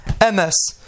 M's